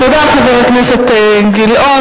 תודה, חבר הכנסת גילאון.